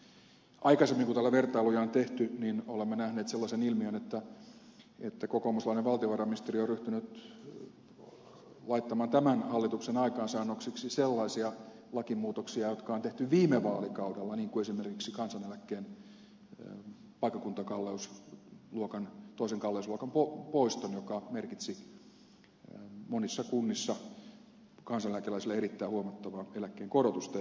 aikaisemmin kun täällä vertailuja on tehty olemme nähneet sellaisen ilmiön että kokoomuslainen valtiovarainministeri on ryhtynyt laittamaan tämän hallituksen aikaansaannoksiksi sellaisia lakimuutoksia jotka on tehty viime vaalikaudella niin kuin esimerkiksi kansaneläkkeen paikkakuntakalleusluokan toisen kalleusluokan poiston joka merkitsi monissa kunnissa kansaneläkeläisille erittäin huomattavaa eläkkeiden korotusta